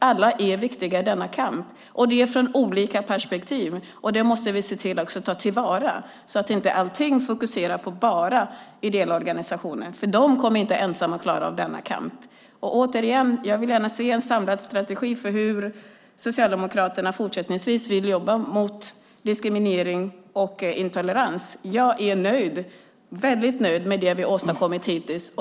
Alla är viktiga i denna kamp ur olika perspektiv. Det måste vi också ta till vara, så att allting inte bara fokuserar på ideella organisationer. De kommer inte ensamma att klara av denna kamp. Jag vill gärna se en samlad strategi för hur Socialdemokraterna fortsättningsvis vill jobba mot diskriminering och intolerans. Jag är väldigt nöjd med det vi åstadkommit hittills.